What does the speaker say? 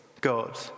God